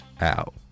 out